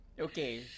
okay